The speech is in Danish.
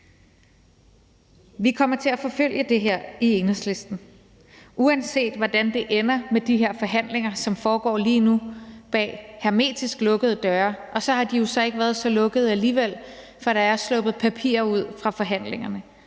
Vi kommer til at forfølge det her i Enhedslisten, uanset hvordan det ender med de her forhandlinger, som lige nu foregår bag hermetisk lukkede døre, som jo så alligevel ikke har været så lukkede. For der er sluppet papirer ud fra forhandlingerne,